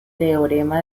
teorema